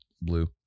blue